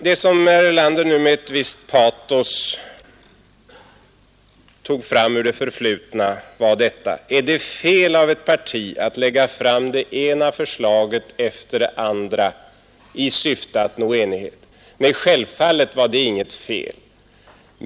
Det som herr Erlander nu med visst patos tog fram ur det förflutna utmynnade i frågan: Är det fel av ett parti att lägga fram det ena förslaget efter det andra i syfte att nå enighet? Nej, självfallet är det inget fel.